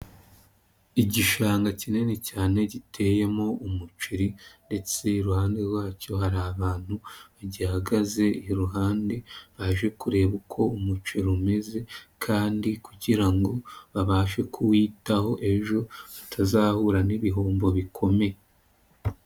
Igishanga kinini cyane giteyemo umuceri ndetse iruhande rwacyo hari abantu bagihagaze iruhande, baje kureba uko umuceri rumeze kandi kugira ngo babashe kuwitaho ejo batazahura n'ibihombo bikomeye.